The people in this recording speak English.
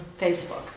Facebook